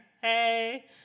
hey